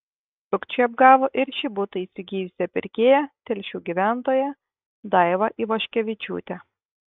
sukčiai apgavo ir šį butą įsigijusią pirkėją telšių gyventoją daivą ivoškevičiūtę